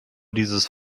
dieses